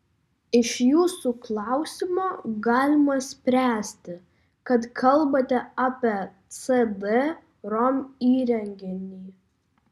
iš jūsų klausimo galima spręsti kad kalbate apie cd rom įrenginį